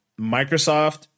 Microsoft